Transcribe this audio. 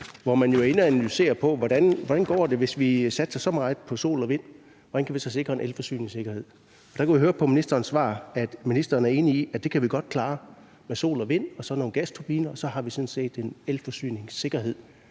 hvor man jo er inde at analysere på: Hvordan går det, hvis vi satser så meget på sol og vind? Hvordan kan vi så sikre en elforsyningssikkerhed? Der kunne jeg høre på ministerens svar, at ministeren er enig i, at det kan vi godt klare med sol og vind og så nogle gasturbiner, og så har vi sådan set en elforsyningssikkerhed.